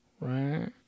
Right